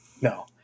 no